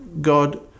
God